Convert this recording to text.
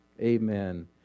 Amen